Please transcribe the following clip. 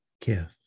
gift